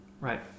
right